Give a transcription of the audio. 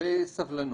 סבלנות,